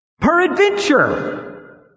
Peradventure